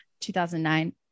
2009